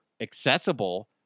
accessible